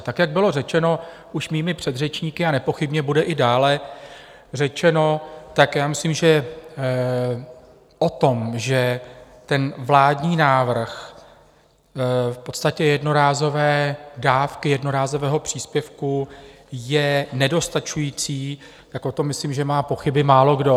Tak jak bylo řečeno už mými předřečníky a nepochybně bude i dále řečeno, já myslím, že o tom, že vládní návrh v podstatě jednorázové dávky, jednorázového příspěvku, je nedostačující, tak o tom, myslím, má pochyby málokdo.